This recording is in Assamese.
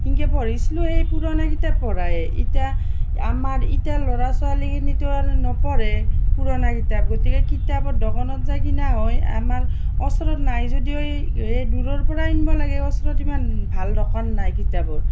সেনেকৈ পঢ়িছিলোঁ সেই পুৰণা কিতাপ পঢ়ায়ে ইতা আমাৰ ইতাৰ ল'ৰা ছোৱালীখিনিটো আৰু নপঢ়ে পুৰণা কিতাপ গতিকে কিতাপৰ দোকানত যাই কিনা হয় আমাৰ ওচৰত নাই যদিও এই এই দূৰৰ পৰাই আনবা লাগে ওচৰত ইমান ভাল দোকান নাই কিতাপৰ